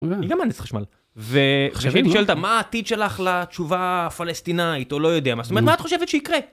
היא גם מהנדסת חשמל. וכשאני שואל מה העתיד שלך לתשובה הפלסטינאית או לא יודע מה, זאת אומרת, מה את חושבת שיקרה?